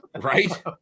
Right